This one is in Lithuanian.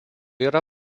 yra